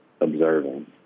observing